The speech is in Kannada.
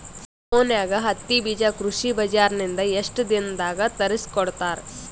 ಫೋನ್ಯಾಗ ಹತ್ತಿ ಬೀಜಾ ಕೃಷಿ ಬಜಾರ ನಿಂದ ಎಷ್ಟ ದಿನದಾಗ ತರಸಿಕೋಡತಾರ?